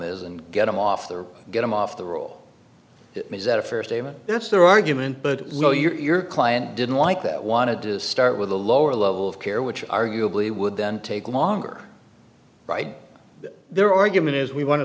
is and get them off there get him off the roll means that a fair statement that's their argument but you know your client didn't like that wanted to start with a lower level of care which arguably would then take longer ride their argument is we want to